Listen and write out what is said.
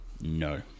No